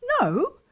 no